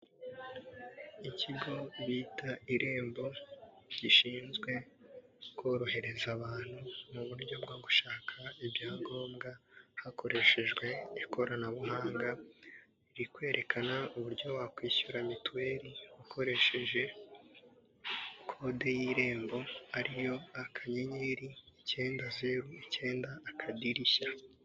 Ikigo bita irembo gishinzwe korohereza abantu mu buryo bwo gushaka ibyangombwa hakoreshejwe ikoranabuhanga; biri kwerekana uburyo wakwishyura mituweli ukoresheje kode y'irembo ari yo akanyenyeri, icyenda, zeru, icyenda n' akadirishya.